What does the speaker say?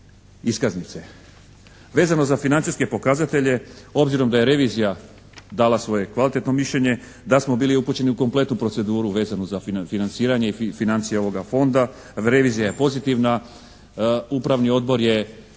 iskaznice. Vezano za financijske pokazatelje obzirom da je revizija dala svoje kvalitetno mišljenje, da smo bili upućeni u kompletnu proceduru vezano za financiranje i financije ovoga Fonda revizija je pozitivna. Upravni odbor je